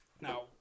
Now